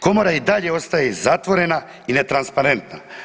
Komora i dalje ostaje zatvorena i netransparentna.